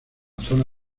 zona